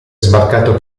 sbarcato